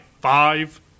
five